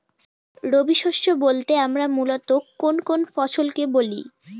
রবি শস্য বলতে আমরা মূলত কোন কোন ফসল কে বলি?